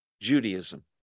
judaism